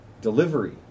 delivery